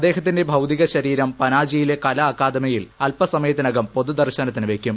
അദ്ദേഹത്തിന്റെ ഭൌതിക ശരീരം പനാജിയിലെ കലാ അക്കാഡമിയിൽ അൽപ്പസമയത്തിനകം പൊതുദർശനത്തിന് വയ്ക്കും